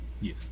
Yes